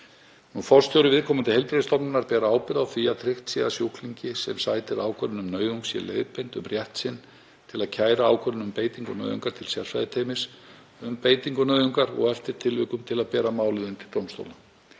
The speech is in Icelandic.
Forstjóri viðkomandi heilbrigðisstofnunar ber ábyrgð á því að tryggt sé að sjúklingi sem sætir ákvörðun um nauðung sé leiðbeint um rétt sinn til að kæra ákvörðun um beitingu nauðungar til sérfræðiteymis um beitingu nauðungar og eftir tilvikum til að bera málið undir dómstóla.